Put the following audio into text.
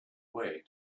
way